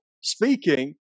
speaking